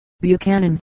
Buchanan